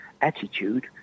attitude